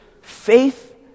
Faith